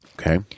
Okay